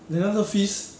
then 那个 fees